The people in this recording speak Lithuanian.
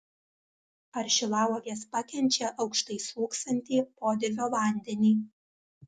ar šilauogės pakenčia aukštai slūgsantį podirvio vandenį